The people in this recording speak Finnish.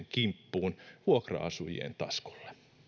kimppuun vuokra asujien taskulle